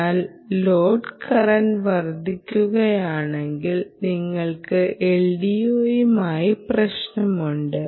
എന്നാൽ load current വർദ്ധിക്കുകയാണെങ്കിൽ നിങ്ങൾക്ക് LDOയുമായി പ്രശ്നമുണ്ട്